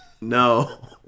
No